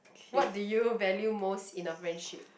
what do you value most in a friendship